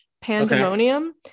pandemonium